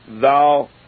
thou